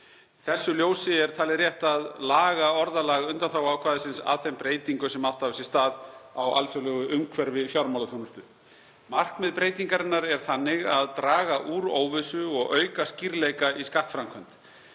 þessu ljósi er talið rétt að laga orðalag undanþáguákvæðisins að þeim breytingum sem átt hafa sér stað í alþjóðlegu umhverfi fjármálaþjónustu. Markmið breytingarinnar er þannig að draga úr óvissu og auka skýrleika í skattframkvæmd.